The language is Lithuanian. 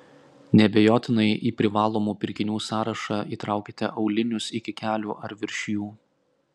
neabejotinai į privalomų pirkinių sąrašą įtraukite aulinius iki kelių ar virš jų